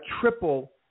triple